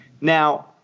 Now –